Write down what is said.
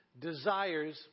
desires